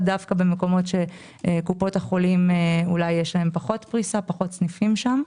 דווקא במקומות שקופות החולים אולי יש פחות פריסה וסניפים שם.